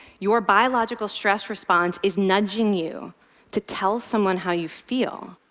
your biological stress response is nudging you to tell someone how you feel,